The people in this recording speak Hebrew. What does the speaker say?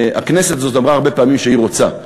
והכנסת הזאת אמרה הרבה פעמים שהיא רוצה לקדם.